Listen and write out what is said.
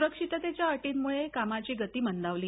सुरक्षिततेच्या अटींमुळेही कामाघी गती मंदावली